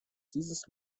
dieses